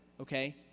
Okay